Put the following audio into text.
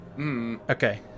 Okay